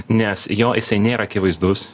nes jo jisai nėra akivaizdus